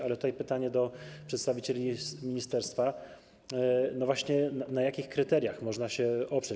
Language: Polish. Ale mam pytanie do przedstawicieli ministerstwa: No właśnie, na jakich kryteriach można się oprzeć?